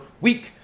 week